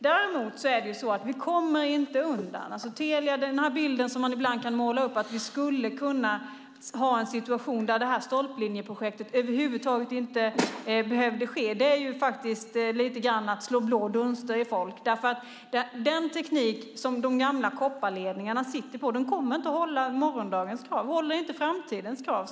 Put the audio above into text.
Däremot kommer vi inte undan. Den bild som man ibland målar upp om att vi skulle kunna ha en situation där detta stolplinjeprojekt över huvud taget inte behövde ske är lite grann att slå blå dunster i folk. Den teknik som de gamla kopparledningarna sitter på kommer inte att hålla morgondagens krav. De håller inte för framtidens krav.